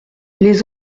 les